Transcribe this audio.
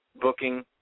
booking